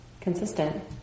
consistent